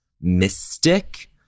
mystic